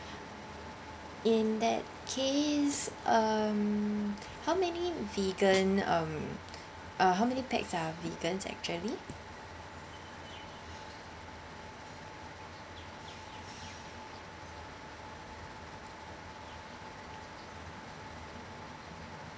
in that case um how many vegan um uh how many packs are vegan actually